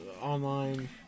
Online